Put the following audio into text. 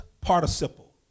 participle